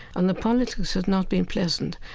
and the politics have not been pleasant.